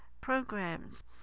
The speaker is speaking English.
programs